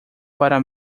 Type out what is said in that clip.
para